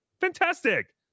Fantastic